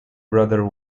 brother